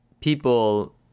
people